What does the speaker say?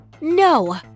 No